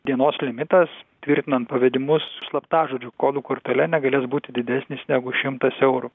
dienos limitas tvirtinant pavedimus slaptažodžių kodų kortele negalės būti didesnis negu šimtas eurų